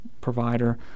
provider